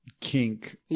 kink